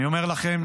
אני אומר לכם